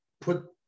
put